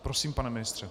Prosím, pane ministře.